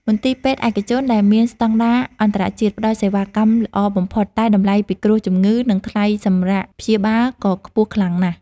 មន្ទីរពេទ្យឯកជនដែលមានស្តង់ដារអន្តរជាតិផ្ដល់សេវាកម្មល្អបំផុតតែតម្លៃពិគ្រោះជំងឺនិងថ្លៃសម្រាកព្យាបាលគឺខ្ពស់ខ្លាំងណាស់។